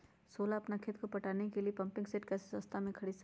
सोलह अपना खेत को पटाने के लिए पम्पिंग सेट कैसे सस्ता मे खरीद सके?